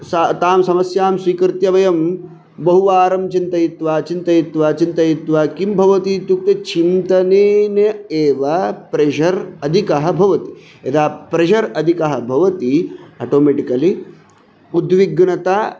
सा तां समस्यां स्वीकृत्य वयं बहुवारं चिन्तयित्वा चिन्तयित्वा चिन्तयित्वा किं भवतीत्युक्ते चिन्तनेन एव प्रेज़र् अधिकः भवति यदा प्रेज़र् अधिकः भवति अटोमिटिकलि उद्विघ्नता